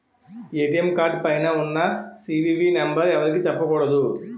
ATM card పైన ఉన్న CVV number ఎవరికీ చెప్పకూడదు